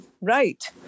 Right